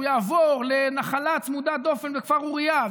שהוא יעבור לנחלה צמודת דופן בכפר אוריה.